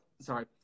Sorry